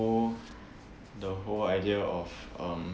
whole the whole idea of um